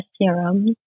serum